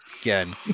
again